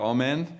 Amen